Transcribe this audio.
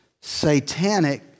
satanic